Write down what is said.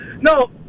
No